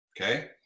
Okay